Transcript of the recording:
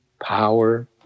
power